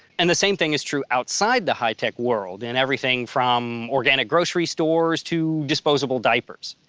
and the same thing is true outside the high-tech world in everything from organic grocery stores to disposable diapers.